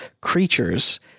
creatures